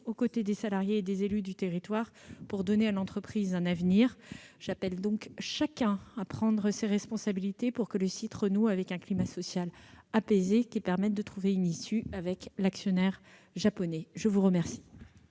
aux côtés des salariés et des élus du territoire pour donner à l'entreprise un avenir. J'appelle donc chacun à prendre ses responsabilités pour que le site renoue avec un climat social apaisé permettant de trouver une issue avec l'actionnaire japonais. La parole